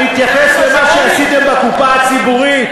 אני אתייחס למה שעשיתם בקופה הציבורית,